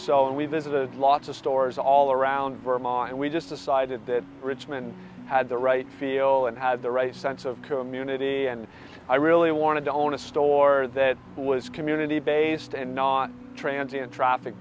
so and we visited a lot of stores all around vermont and we just decided that richmond had the right feel and had the right sense of community and i really wanted to own a store that was community based and not transient traffic